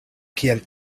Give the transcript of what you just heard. kiel